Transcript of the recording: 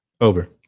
Over